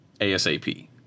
ASAP